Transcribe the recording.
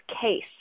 case